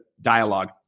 dialogue